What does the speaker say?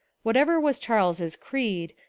whatever was charles's creed,